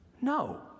No